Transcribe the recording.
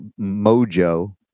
mojo